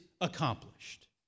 accomplished